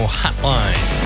hotline